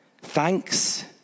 Thanks